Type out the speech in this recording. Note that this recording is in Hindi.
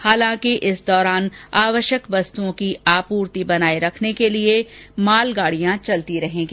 हालांकि इस दौरान आवश्यक वस्तुओं की आपूर्ति बनाए रखने के लिए मालगाड़ियां चलती रहेंगी